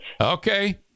okay